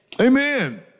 Amen